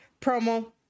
promo